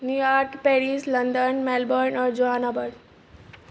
New York Paris London Melbourne और Johannesburg